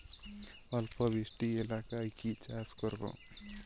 অল্প বৃষ্টি এলাকায় কি চাষ করব?